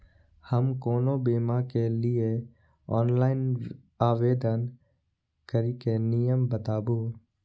हम कोनो बीमा के लिए ऑनलाइन आवेदन करीके नियम बाताबू?